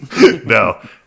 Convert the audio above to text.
no